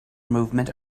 movement